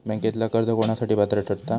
बँकेतला कर्ज कोणासाठी पात्र ठरता?